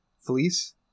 fleece